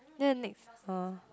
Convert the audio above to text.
ya next uh